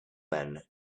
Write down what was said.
men